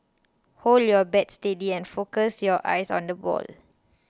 hold your bat steady and focus your eyes on the ball